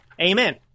Amen